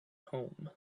home